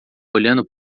olhando